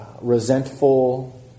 resentful